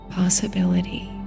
possibility